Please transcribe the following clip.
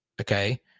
Okay